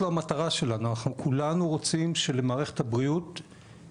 אם אנחנו לא נתערב אנחנו נראה ירידה במספר הרופאים ל-1,000 נפש,